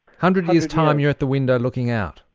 hundred years time, you're at the window looking out.